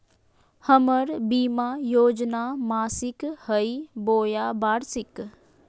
हमर बीमा योजना मासिक हई बोया वार्षिक?